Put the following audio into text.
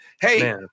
Hey